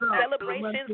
Celebrations